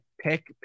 pick